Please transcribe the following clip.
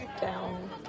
down